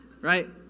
right